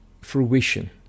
fruition